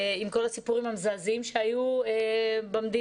עם כל הסיפורים המזעזעים שהיו במדינה,